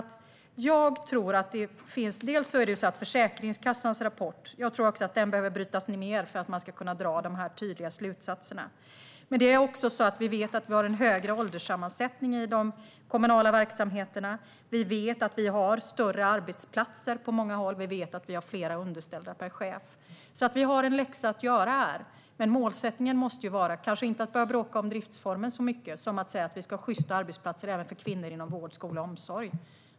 Jag tror att Försäkringskassans rapport behöver brytas ned för att man ska kunna dra de här tydliga slutsatserna. Vi vet att vi har en högre ålderssammansättning i de kommunala verksamheterna, vi vet att vi har större arbetsplatser på många håll och vi vet att vi har fler underställda per chef. Vi har alltså en läxa att göra här. Målsättningen måste vara att inte börja bråka om driftsformen så mycket utan att vi ska ha sjysta arbetsplatser även för kvinnor inom vård, skola och omsorg.